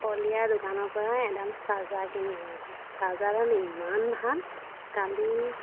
কলিয়াৰ দোকানৰপৰা এডাল চাৰ্জাৰ কিনি আনিলোঁ চাৰ্জাৰডাল ইমান ভাল কালি